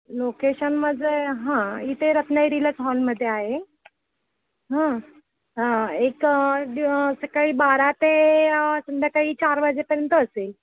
location माझं आहे हां इथे रत्नागिरीलाच हॉलमध्ये आहे हां हां एक सकाळी बारा ते संध्याकाळी चार वाजेपर्यंत असेल